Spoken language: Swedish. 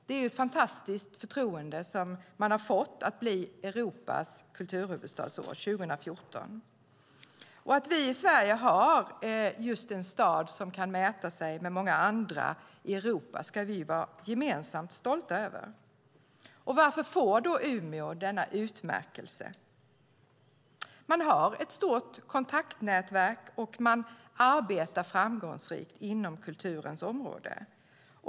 Det är ett fantastiskt förtroende som man har fått att bli Europas kulturhuvudstad 2014. Att vi i Sverige har en stad som kan mäta sig med många andra i Europa ska vi vara stolta över. Varför får Umeå denna utmärkelse? Man har ett stort kontaktnätverk och arbetar framgångsrikt inom kulturens område.